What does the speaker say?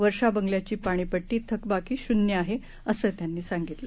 वर्षा बंगल्याची पाणीपट्टी थकबाकी शून्य आहे असं त्यांनी सांगितलं